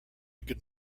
could